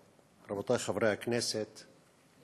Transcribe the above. רבותי חברי הכנסת.